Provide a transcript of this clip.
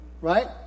right